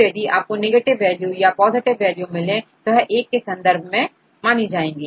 तो यदि आपको नेगेटिव वैल्यू या पॉजिटिव वॉल्यूम मिले तो यह1 के संदर्भ में होगी